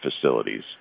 facilities